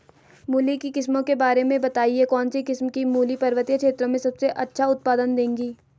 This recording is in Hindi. मूली की किस्मों के बारे में बताइये कौन सी किस्म की मूली पर्वतीय क्षेत्रों में सबसे अच्छा उत्पादन देंगी?